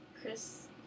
Chris